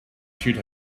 should